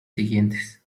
siguientes